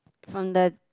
from the